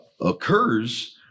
occurs